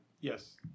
Yes